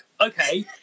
okay